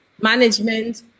management